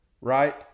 right